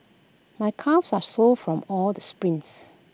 my calves are sore from all the sprints